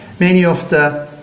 many of the